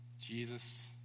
Jesus